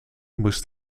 moest